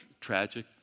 tragic